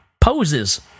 poses